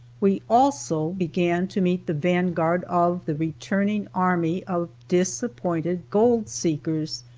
we also began to meet the vanguard of the returning army of disappointed gold seekers.